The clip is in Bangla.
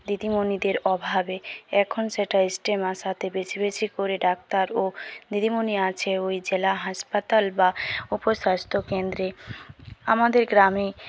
দিদিমণিদের অভাবে এখন সেটা স্টেম আসাতে বেশি বেশি করে ডাক্তার ও দিদিমণি আছে ওই জেলা হাসপাতাল বা উপস্বাস্থ্য কেন্দ্রে আমাদের গ্রামে